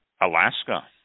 Alaska